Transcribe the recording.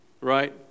right